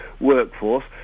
workforce